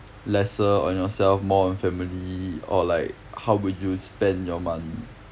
lesser on yourself more on family or like how would you spend your money